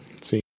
See